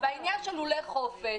לגבי לולי חופש